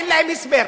אין להם הסבר.